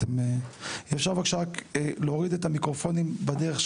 אם אפשר בבקשה רק להוריד את המיקרופונים בדרך,